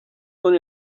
con